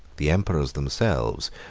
the emperors themselves,